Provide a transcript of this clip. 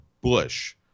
Bush